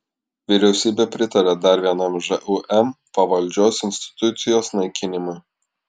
vyriausybė pritarė dar vienam žūm pavaldžios institucijos naikinimui